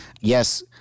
Yes